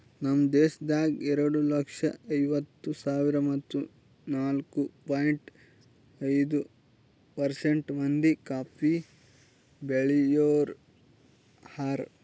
ನಮ್ ದೇಶದಾಗ್ ಎರಡು ಲಕ್ಷ ಐವತ್ತು ಸಾವಿರ ಮತ್ತ ನಾಲ್ಕು ಪಾಯಿಂಟ್ ಐದು ಪರ್ಸೆಂಟ್ ಮಂದಿ ಕಾಫಿ ಬೆಳಿಯೋರು ಹಾರ